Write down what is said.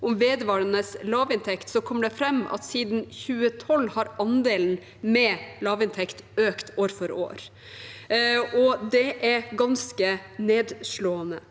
om vedvarende lavinntekt, kommer det fram at siden 2012 har andelen med lavinntekt økt år for år. Det er ganske nedslående.